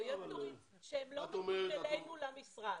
פרויקטורים שהם לא כפופים אלינו למשרד.